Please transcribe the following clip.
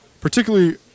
particularly